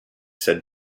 said